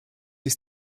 ist